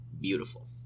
beautiful